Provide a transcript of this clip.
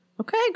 Okay